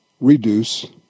reduce